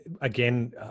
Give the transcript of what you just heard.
again